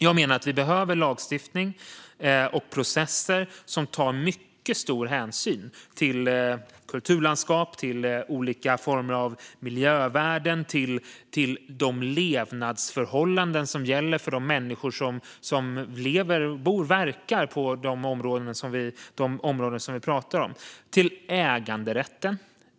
Jag menar att vi behöver lagstiftning och processer som tar mycket stor hänsyn till kulturlandskap, till olika miljövärden och till de levnadsförhållanden som gäller för de människor som bor och verkar i de områden vi pratar om. Vi behöver också ta stor hänsyn till äganderätten.